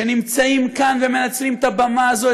שנמצאים כאן ומנצלים את הבמה הזו,